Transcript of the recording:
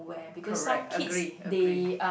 correct agree agree